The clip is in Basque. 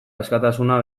askatasuna